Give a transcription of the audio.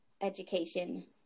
education